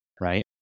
right